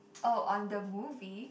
oh on the movie